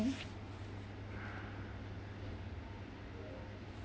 mm